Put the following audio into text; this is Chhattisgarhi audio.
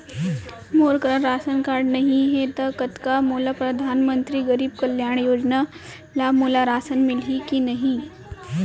मोर करा राशन कारड नहीं है त का मोल परधानमंतरी गरीब कल्याण योजना ल मोला राशन मिलही कि नहीं?